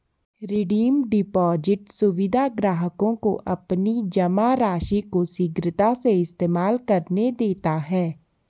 redeem deposit सुविधा ग्राहकों को अपनी जमा राशि को शीघ्रता से इस्तेमाल करने देते है